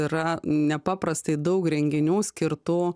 yra nepaprastai daug renginių skirtų